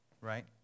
Right